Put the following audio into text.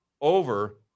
over